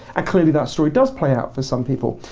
and clearly that story does play out for some people.